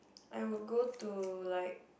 I would go to like